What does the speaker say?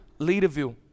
Leaderville